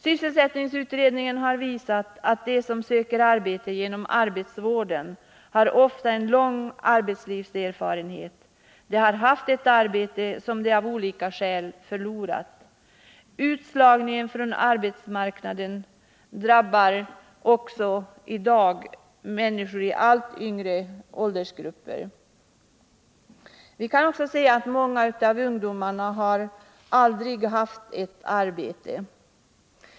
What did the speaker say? Sysselsättningsutredningen har visat att de som söker arbete genom arbetsvården ofta har en lång arbetslivserfarenhet. De har haft ett arbete som de av olika skäl förlorat. Utslagningen från arbetsmarknaden drabbar i dag människor i allt lägre åldrar. Många av ungdomarna har aldrig haft ett arbete.